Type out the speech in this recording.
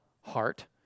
heart